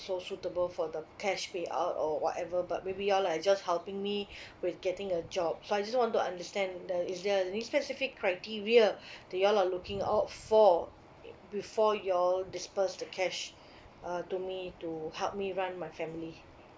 so suitable for the cash payout or whatever but maybe you all are just helping me with getting a job so I just want to understand the is there any specific criteria that you all are looking out for before you all disperse the cash uh to me to help me run my family